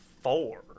four